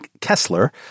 Kessler